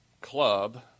club